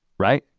right?